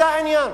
זה העניין.